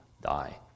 die